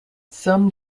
some